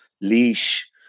Leash